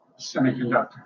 semiconductor